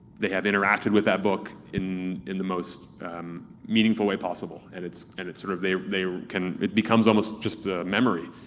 they have interacted with that book in in the most meaningful way possible. and it's and it's sort of they they can. it becomes almost just a memory,